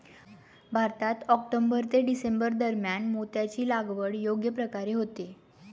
भारतात ऑक्टोबर ते डिसेंबर दरम्यान मोत्याची लागवड योग्य प्रकारे होते